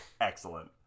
Excellent